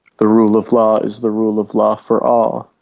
the rule of law is the rule of law for all.